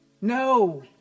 No